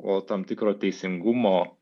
o tam tikro teisingumo